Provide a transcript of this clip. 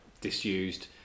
disused